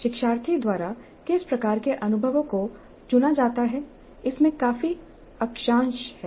शिक्षार्थी द्वारा किस प्रकार के अनुभवों को चुना जाता है इसमें काफी अक्षांश है